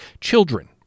Children